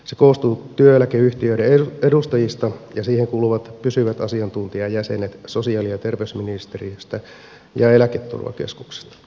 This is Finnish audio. se koostuu työeläkeyhtiöiden edustajista ja siihen kuuluvat pysyvät asiantuntijajäsenet sosiaali ja terveysministeriöstä ja eläketurvakeskuksesta